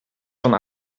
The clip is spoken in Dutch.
van